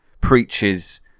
preaches